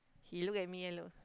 he look at me eh look